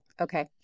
Okay